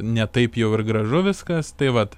ne taip jau ir gražu viskas tai vat